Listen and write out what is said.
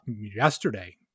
yesterday